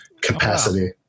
capacity